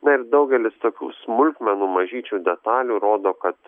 na ir daugelis tokių smulkmenų mažyčių detalių rodo kad